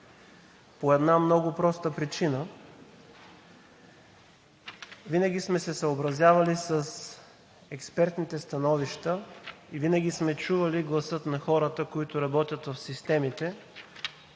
по една много проста причина – винаги сме се съобразявали с експертните становища и винаги сме чували гласа на хората, които работят в системите,